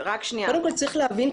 קודם כול צריך להבין,